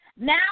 Now